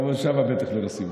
גם שם בטח לא נשים אותו.